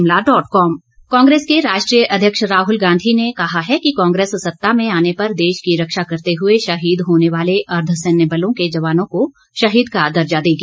राहल गांधी कांग्रेस के राष्ट्रीय अध्यक्ष राहल गांधी ने कहा है कि कांग्रेस सत्ता में आने पर देश की रक्षा करते हुए शहीद होने वाले अर्ध सैन्य बलों के जवानों को शहीद का दर्जा देगी